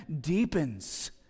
deepens